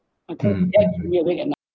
turn them me awake and